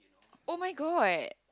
oh-my-god